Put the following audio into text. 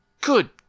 good